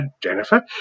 Jennifer